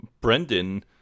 Brendan